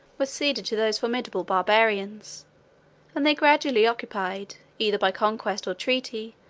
were ceded to those formidable barbarians and they gradually occupied, either by conquest or treaty,